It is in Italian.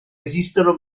esistono